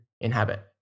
inhabit